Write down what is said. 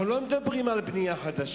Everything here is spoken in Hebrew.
אנחנו לא מדברים בכלל על בנייה חדשה.